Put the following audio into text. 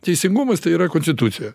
teisingumas tai yra konstitucija